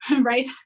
right